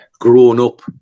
grown-up